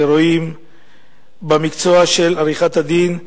ורואים במקצוע של עריכת-הדין,